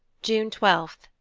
june twelve,